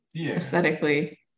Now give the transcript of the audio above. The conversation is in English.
aesthetically